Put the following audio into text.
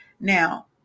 Now